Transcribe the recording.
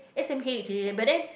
s_m_h eh but then